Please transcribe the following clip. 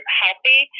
healthy